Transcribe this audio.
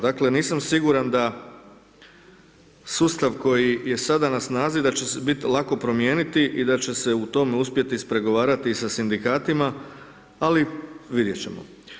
Dakle nisam siguran da sustav koji je sada na snazi, da će se lako promijeniti i da će se u tome uspjeti ispregovarati sa sindikatima ali vidjet ćemo.